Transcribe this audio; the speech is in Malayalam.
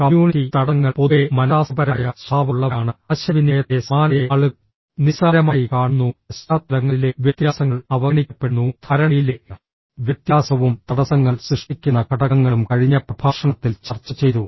കമ്മ്യൂണിറ്റി തടസ്സങ്ങൾ പൊതുവെ മനഃശാസ്ത്രപരമായ സ്വഭാവമുള്ളവയാണ് ആശയവിനിമയത്തിലെ സമാനതയെ ആളുകൾ നിസ്സാരമായി കാണുന്നു പശ്ചാത്തലങ്ങളിലെ വ്യത്യാസങ്ങൾ അവഗണിക്കപ്പെടുന്നു ധാരണയിലെ വ്യത്യാസവും തടസ്സങ്ങൾ സൃഷ്ടിക്കുന്ന ഘടകങ്ങളും കഴിഞ്ഞ പ്രഭാഷണത്തിൽ ചർച്ച ചെയ്തു